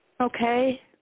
Okay